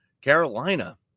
Carolina